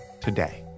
today